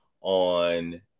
on